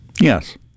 Yes